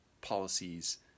policies